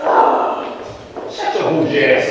oh yeah